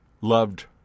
loved